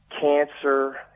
cancer